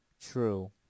true